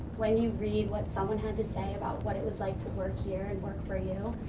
when you read what someone had to say about what it was like to work here and work for you,